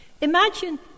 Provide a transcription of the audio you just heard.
Imagine